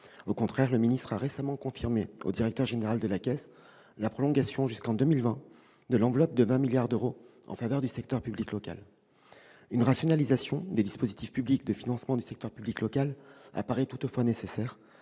l'économie et des finances a récemment confirmé au directeur général de la Caisse des dépôts et consignations la prolongation jusqu'en 2020 de l'enveloppe de 20 milliards d'euros en faveur du secteur public local. Une rationalisation des dispositifs publics de financement du secteur public local paraît toutefois nécessaire.